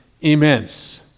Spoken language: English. immense